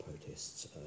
protests